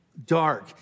dark